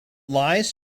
lies